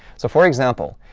so, for example,